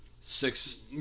six